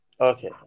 Okay